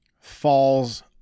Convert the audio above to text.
falls